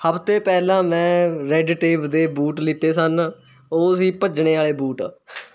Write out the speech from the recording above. ਹਫ਼ਤੇ ਪਹਿਲਾਂ ਮੈਂ ਰੈੱਡਟੇਪ ਦੇ ਬੂਟ ਲਿਤੇ ਸਨ ਉਹ ਸੀ ਭੱਜਣੇ ਵਾਲ਼ੇ ਬੂਟ